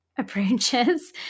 approaches